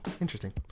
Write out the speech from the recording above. interesting